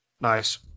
Nice